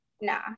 Nah